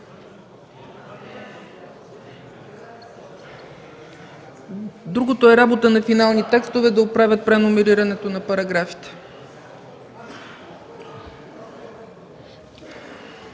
Другото е работа на „Финални текстове” – да оправят преномерирането на параграфите.